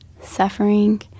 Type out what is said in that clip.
suffering